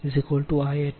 252 p